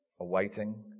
awaiting